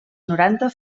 noranta